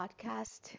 podcast